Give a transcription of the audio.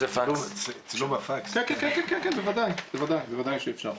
בוודאי שאפשר,